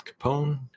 Capone